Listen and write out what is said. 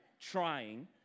trying